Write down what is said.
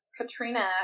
Katrina